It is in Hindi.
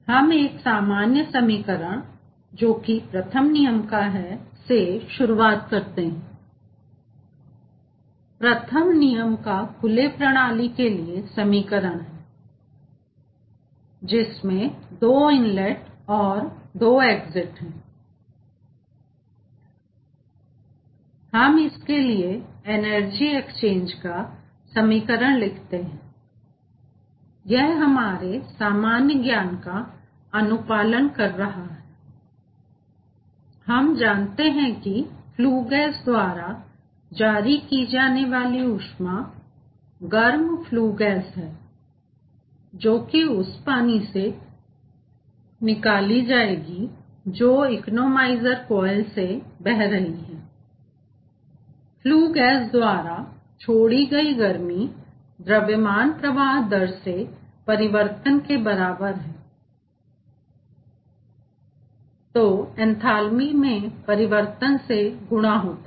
हम एक सामान्य समीकरण जो की प्रथम नियम का है से शुरू करते हैं यह प्रथम नियम का खुले प्रणाली के लिए समीकरण है जिसमें दो इनलेट और दो एग्जिट हैं हम इसके लिए एनर्जी एक्सचेंज का समीकरण लिखे हैं यह हमारे सामान्य ज्ञान का अनुपालन कर रहा है कि हम जानते हैं कि फ्ल्यू गैस द्वारा जारी की जाने वाली ऊष्मा गर्म फ्ल्यू गैस है जो कि उस पानी से निकाली जाएगी जो इकोनोमाइज़र कॉइल से बह रही है और फ्ल्यू गैस द्वारा छोड़ी गई गर्मी द्रव्यमान प्रवाह दर में परिवर्तन के बराबर है जो एंथेल्पी में परिवर्तन से गुणा होता है